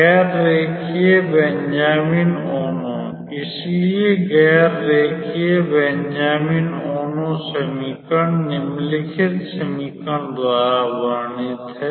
गैर रेखीय Benjamin Ono इसलिए गैर रेखीय बेंजामिन ओनो समीकरण निम्नलिखित समीकरण द्वारा वर्णित है